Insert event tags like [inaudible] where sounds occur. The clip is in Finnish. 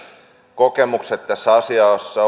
kokemuksista tässä asiassa [unintelligible]